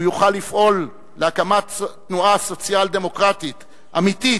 הוא יוכל לפעול להקמת תנועה סוציאל-דמוקרטית אמיתית,